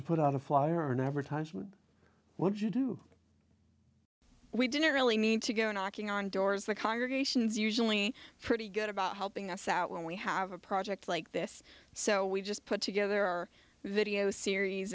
to put out a flyer an advertisement what you do we didn't really need to go knocking on doors the congregations are usually pretty good about helping us out when we have a project like this so we just put together our video series